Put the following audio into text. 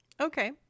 Okay